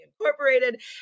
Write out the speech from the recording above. Incorporated